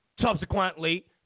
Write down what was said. Subsequently